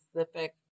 specific